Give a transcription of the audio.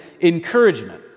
encouragement